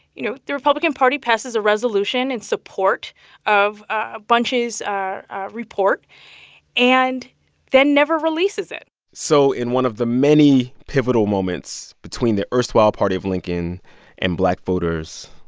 you know, the republican party passes a resolution in support of ah bunche's ah report and then never releases it so in one of the many pivotal moments between the erstwhile party of lincoln and black voters,